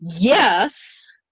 yes